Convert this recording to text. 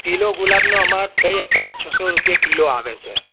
kilo ગુલાબના અમાર તય અત્યારે છસો રૂપિયા કિલો આવે છે